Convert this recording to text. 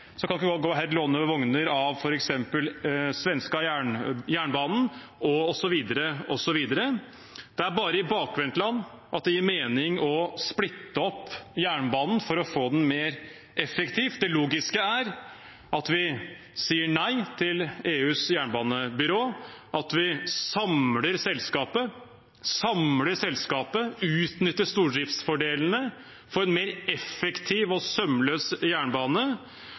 jernbanen osv. Det er bare i bakvendtland det gir mening å splitte opp jernbanen for å få den mer effektiv. Det logiske er at vi sier nei til EUs jernbanebyrå, at vi samler selskapet, utnytter stordriftsfordelene, får en mer effektiv og sømløs jernbane